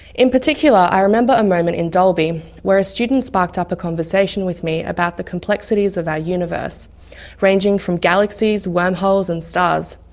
in particular, i remember a moment in dalby where a student sparked up a conversation with me about the complexities of our universe ranging from galaxies, worm holes and stars.